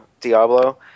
Diablo